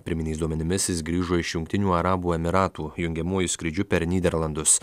pirminiais duomenimis jis grįžo iš jungtinių arabų emyratų jungiamuoju skrydžiu per nyderlandus